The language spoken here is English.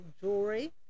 jewelry